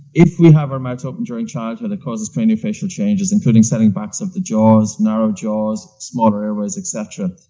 if we have our mouth open during childhood it causes cranial facial changes, including setting backs of the jaws, narrow jaws, smaller airways, etc.